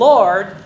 Lord